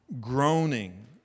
groaning